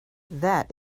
that